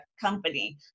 company